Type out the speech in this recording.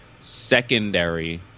Secondary